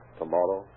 tomorrow